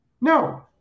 No